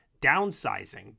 downsizing